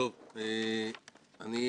קצת לשתף אתכם אני לא יודע